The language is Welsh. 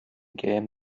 gêm